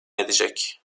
edecek